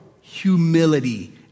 humility